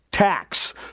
tax